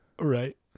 right